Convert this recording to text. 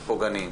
פוגעניים.